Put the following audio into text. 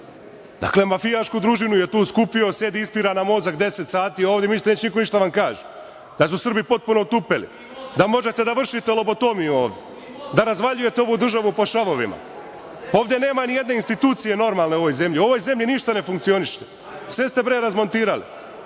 pričam. Dakle, mafijašku družinu je tu skupio, sedi ispira nam mozak deset sati ovde i mislite da neće niko ništa da vam kaže, kad su Srbi potpuno otupeli. Da možete da vršite lobotomiju ovde, da razvaljujete ovu državu po šavovima. Ovde nema ni jedne institucije normalne u ovoj zemlji. U ovoj zemlji ništa ne funkcioniše. Sve ste bre razmontirali